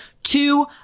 Two